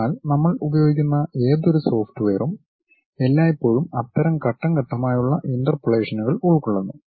അതിനാൽ നമ്മൾ ഉപയോഗിക്കുന്ന ഏതൊരു സോഫ്റ്റ്വെയറും എല്ലായ്പ്പോഴും അത്തരം ഘട്ടം ഘട്ടമായുള്ള ഇന്റർപോളേഷനുകൾ ഉൾക്കൊള്ളുന്നു